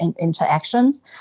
interactions